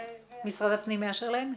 משרד הפנים מאשר להן?